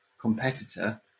competitor